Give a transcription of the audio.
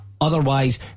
Otherwise